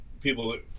people